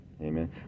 Amen